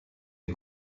des